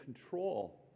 control